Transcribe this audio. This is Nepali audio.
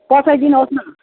बताइदिनुहोस् न ळ